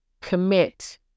Commit